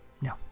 No